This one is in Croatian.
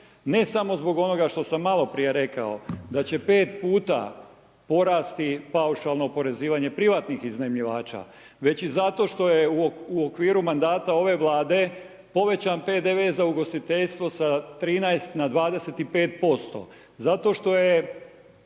ne samo zbog onoga što sam malo prije rekao, da će 5 puta porasti paušalno oporezivanje privatnih iznajmljivača, već i zato što je u okviru mandata ove Vlade povećan PDV za ugostiteljstvo sa 13 na 25%